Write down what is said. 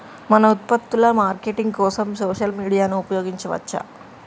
మన ఉత్పత్తుల మార్కెటింగ్ కోసం సోషల్ మీడియాను ఉపయోగించవచ్చా?